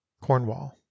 Cornwall